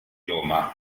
roma